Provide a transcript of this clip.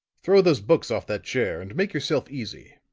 throw those books off that chair and make yourself easy.